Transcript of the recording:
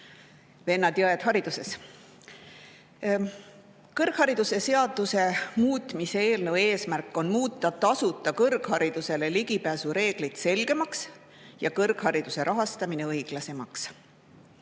vennad ja õed hariduses! Kõrgharidusseaduse muutmise seaduse eelnõu eesmärk on muuta tasuta kõrgharidusele ligipääsu reeglid selgemaks ja kõrghariduse rahastamine õiglasemaks.